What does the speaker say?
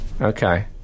okay